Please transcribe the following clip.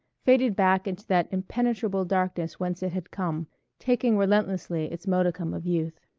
faded back into that impenetrable darkness whence it had come taking relentlessly its modicum of youth.